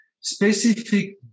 specific